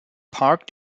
park